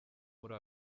muri